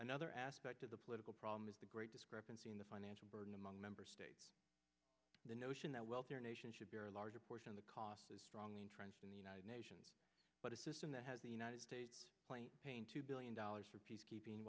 another aspect of the political problem is the great discrepancy in the financial burden among member states the notion that wealthier nations should bear a larger portion of the costs is strong entrenched in the united nations but a system that has the united states playing pain two billion dollars for peacekeeping